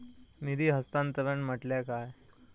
निधी हस्तांतरण म्हटल्या काय?